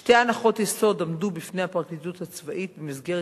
שתי הנחות יסוד עמדו בפני הפרקליטות הצבאית במסגרת